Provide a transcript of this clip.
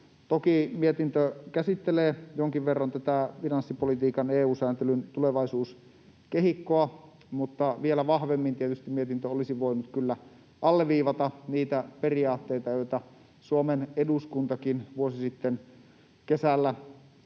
Toki mietintö käsittelee jonkin verran tätä finanssipolitiikan EU-sääntelyn tulevaisuuskehikkoa, mutta vielä vahvemmin tietysti mietintö olisi voinut kyllä alleviivata niitä periaatteita, joita Suomen eduskuntakin vuosi sitten kesällä,